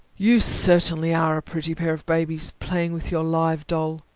you certainly are a pretty pair of babies, playing with your live doll.